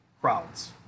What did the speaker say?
crowds